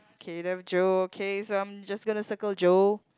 K left Joe okay so I'm just gonna circle Joe